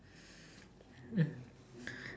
hmm